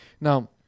Now